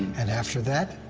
and after that,